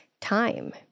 time